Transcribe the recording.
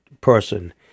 person